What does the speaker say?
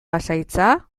pasahitza